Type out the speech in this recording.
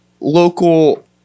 local